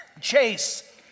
Chase